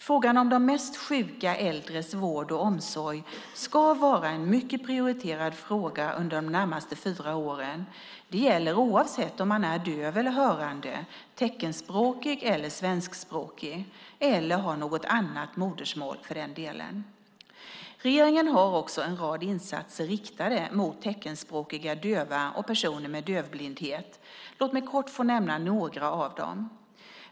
Frågan om de mest sjuka äldres vård och omsorg ska vara en mycket prioriterad fråga under de närmaste fyra åren, och det gäller oavsett om man är döv eller hörande, teckenspråkig eller svenskspråkig - eller har något annat modersmål för den delen. Regeringen har också en rad insatser riktade mot teckenspråkiga döva och personer med dövblindhet. Låt mig kort få nämna några av dem.